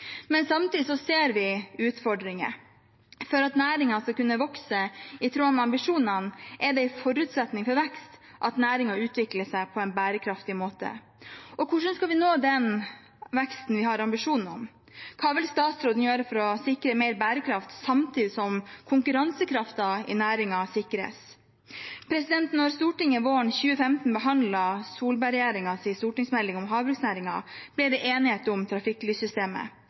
Men samtidig ser vi utfordringer. For at næringen skal kunne vokse i tråd med ambisjonene, er det en forutsetning for vekst at næringen utvikler seg på en bærekraftig måte. Hvordan skal vi nå den veksten vi har ambisjon om? Hva vil statsråden gjøre for å sikre mer bærekraft samtidig som konkurransekraften i næringen sikres? Da Stortinget våren 2015 behandlet Solberg-regjeringens stortingsmelding om havbruksnæringen, ble det enighet om trafikklyssystemet.